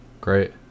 great